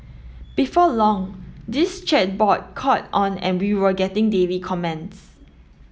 before long this chat board caught on and we were getting daily comments